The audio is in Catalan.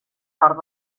nord